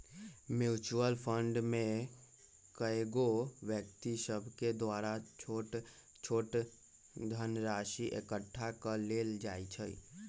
mutual fund में कएगो व्यक्ति सभके द्वारा छोट छोट धनराशि एकठ्ठा क लेल जाइ छइ